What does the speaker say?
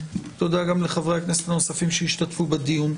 תודה גם לחברי הכנסת הנוספים שהשתתפו בדיון.